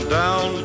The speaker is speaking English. down